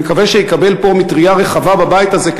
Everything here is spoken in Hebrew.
אני מקווה שהוא יקבל מטרייה רחבה פה בבית הזה,